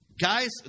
Guys